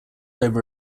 over